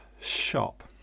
shop